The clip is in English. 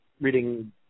reading